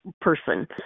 person